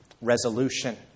resolution